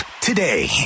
today